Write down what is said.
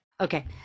Okay